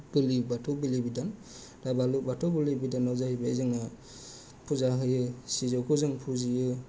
बोलि बाथौ बोलि बिदान दा बालौ बाथौ बलि बिदानाव जाहैबाय जोंना फुजा होयो सिजौखो जों फुजियो